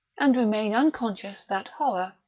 and remain unconscious that horror,